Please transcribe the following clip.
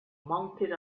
mounted